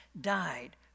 died